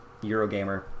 Eurogamer